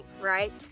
right